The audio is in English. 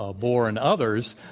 ah bohr, and others,